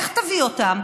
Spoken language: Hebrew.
איך תביא אותם?